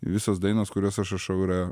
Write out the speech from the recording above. visos dainos kuriuos aš rašau yra